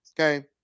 Okay